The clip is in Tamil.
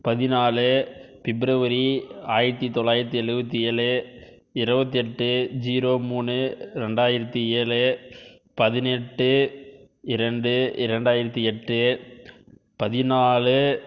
பதினாலு பிப்ரவரி ஆயிரத்தி தொள்ளாயிரத்தி எழுவத்தி ஏழு இருபத்தி எட்டு ஜீரோ மூணு ரெண்டாயிரத்தி ஏழு பதினெட்டு இரண்டு இரண்டாயிரத்தி எட்டு பதினாலு